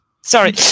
Sorry